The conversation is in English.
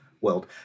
world